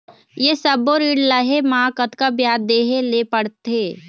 ये सब्बो ऋण लहे मा कतका ब्याज देहें ले पड़ते?